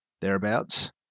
thereabouts